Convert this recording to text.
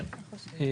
בסדר.